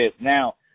now